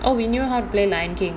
oh we knew how play lion king